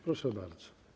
Proszę bardzo.